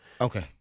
Okay